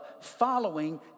following